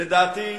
לדעתי,